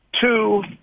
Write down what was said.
two